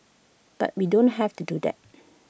but we don't have to do that